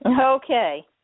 Okay